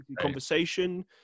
conversation